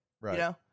Right